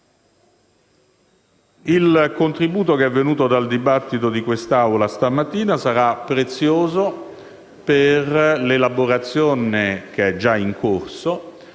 Il contributo che è venuto dal dibattito di questa Assemblea stamattina sarà prezioso per l'elaborazione, che è già in corso,